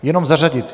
Jenom zařadit.